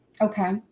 Okay